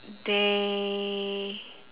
they